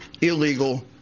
illegal